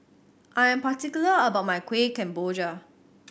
I am particular about my Kueh Kemboja